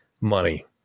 money